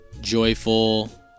joyful